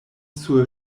sur